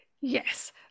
yes